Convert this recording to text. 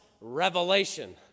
revelation